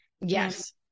Yes